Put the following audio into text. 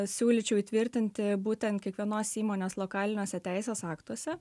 siūlyčiau įtvirtinti būtent kiekvienos įmonės lokaliniuose teisės aktuose